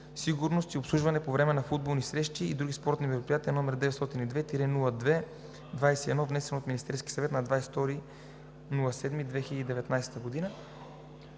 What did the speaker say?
сигурност и обслужване по време на футболни мачове и други спортни мероприятия, № 902-02-21, внесен от Министерския съвет на 22 юли 2019 г.“